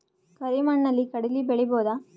ಕರಿ ಮಣ್ಣಲಿ ಕಡಲಿ ಬೆಳಿ ಬೋದ?